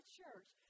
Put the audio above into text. church